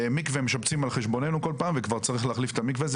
את המקווה משפצים על חשבוננו כל פעם וכבר צריך להחליף את המקווה הזה,